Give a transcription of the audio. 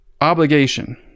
obligation